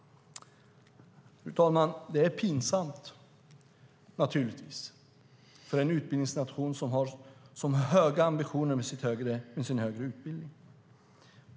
Fru talman! Detta är naturligtvis pinsamt för en utbildningsnation som har så höga ambitioner med sin högre utbildning.